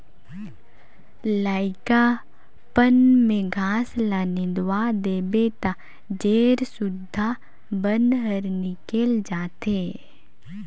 लइकापन में घास ल निंदवा देबे त जेर सुद्धा बन हर निकेल जाथे